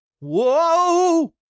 Whoa